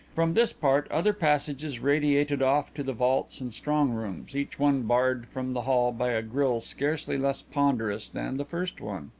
from this part, other passages radiated off to the vaults and strong-rooms, each one barred from the hall by a grille scarcely less ponderous than the first one.